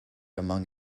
among